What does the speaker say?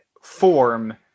form